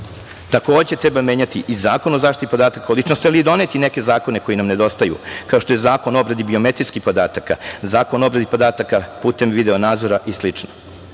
treba menjati i Zakon o zaštiti podataka o ličnosti, ali i doneti neke zakone koji nam nedostaju, kao što je zakon o obradi biometrijskih podataka, zakon o obradi podataka putem video nadzora i